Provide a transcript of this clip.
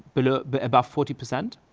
below but about forty percent.